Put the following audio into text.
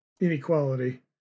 inequality